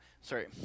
sorry